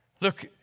Look